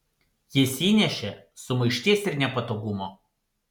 jis įnešė sumaišties ir nepatogumo